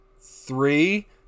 three